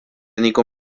niko